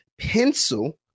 pencil